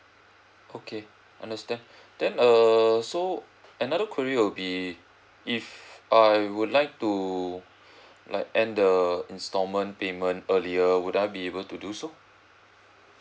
okay understand then err so another query will be if I would like to like end the installment payment earlier would I be able to do so